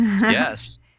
yes